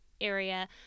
area